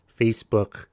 Facebook